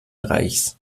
reichs